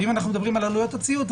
אם אנחנו מדברים על עלויות הציות,